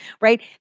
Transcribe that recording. right